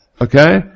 okay